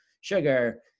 sugar